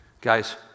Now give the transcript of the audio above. Guys